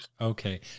Okay